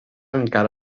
encara